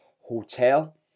Hotel